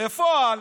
בפועל,